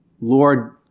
Lord